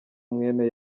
mwene